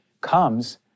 comes